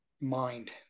mind